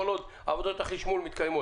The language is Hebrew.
כל עוד עבודות החשמול מתקיימות.